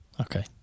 Okay